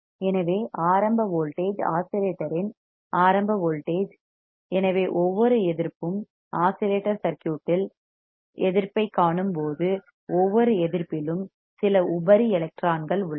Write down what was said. எனவே ஆரம்ப வோல்டேஜ் ஆஸிலேட்டரின் ஆரம்ப வோல்டேஜ் எனவே ஒவ்வொரு எதிர்ப்பும் ரெசிஸ்டன்ஸ் ஆஸிலேட்டர் சர்க்யூட் இல் எதிர்ப்பைக் ரெசிஸ்டன்ஸ் காணும்போது ஒவ்வொரு எதிர்ப்பிலும் சில உபரி எலக்ட்ரான்கள் உள்ளன